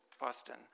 Boston